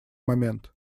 момент